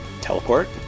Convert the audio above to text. teleport